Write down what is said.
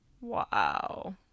Wow